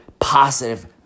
positive